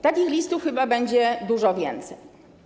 Takich listów chyba będzie dużo więcej.